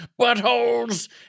Buttholes